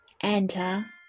Enter